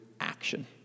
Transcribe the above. action